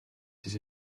ses